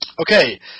Okay